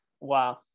Wow